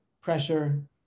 pressure